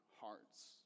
hearts